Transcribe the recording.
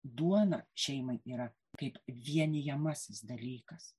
duona šeimai yra kaip vienijamasis dalykas